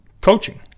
coaching